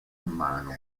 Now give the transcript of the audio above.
mano